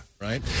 Right